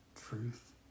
truth